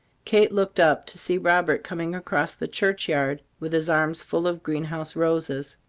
kate looked up to see robert coming across the churchyard with his arms full of greenhouse roses.